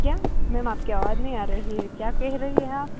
કયા મેમ આપકી આવાઝ નહીં આ રહી હે કયા કેહ રહી હે આપ